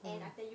mm